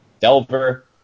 Delver